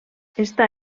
està